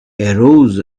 arose